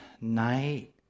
night